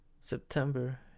September